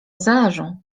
zależą